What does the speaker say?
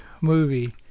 movie